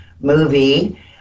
movie